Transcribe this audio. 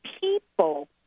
people